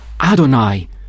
Adonai